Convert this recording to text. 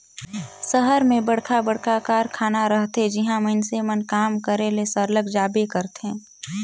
सहर मन में बड़खा बड़खा कारखाना रहथे जिहां मइनसे मन काम करे ले सरलग जाबे करथे